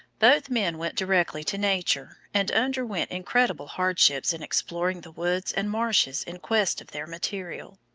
both men went directly to nature and underwent incredible hardships in exploring the woods and marshes in quest of their material.